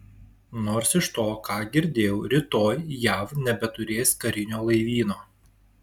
nors iš to ką girdėjau rytoj jav nebeturės karinio laivyno